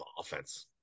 offense